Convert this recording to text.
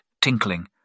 tinkling